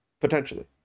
potentially